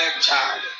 child